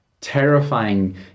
terrifying